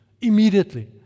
immediately